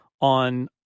on